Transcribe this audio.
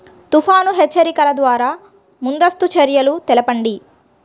తుఫాను హెచ్చరికల ద్వార ముందస్తు చర్యలు తెలపండి?